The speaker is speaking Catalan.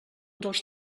dels